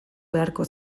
beharko